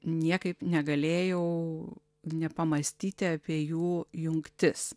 niekaip negalėjau nepamąstyti apie jų jungtis